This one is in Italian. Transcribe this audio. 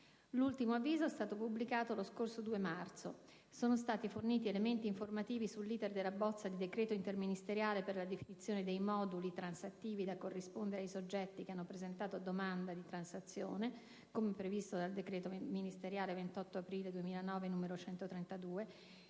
L'ultimo avviso è stato pubblicato lo scorso 2 marzo: sono stati forniti elementi informativi sull'*iter* della bozza di decreto interministeriale per la definizione dei moduli transattivi da corrispondere ai soggetti che hanno presentato domanda di transazione, come previsto dal decreto ministeriale 28 aprile 2009, n. 132,